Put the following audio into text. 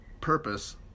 purpose